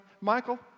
Michael